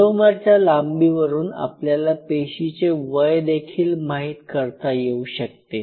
टिलोमरच्या लांबी वरून आपल्याला पेशीचे वय देखील माहित करता येऊ शकते